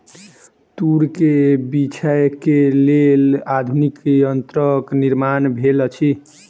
तूर के बीछै के लेल आधुनिक यंत्रक निर्माण भेल अछि